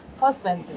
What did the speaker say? husband.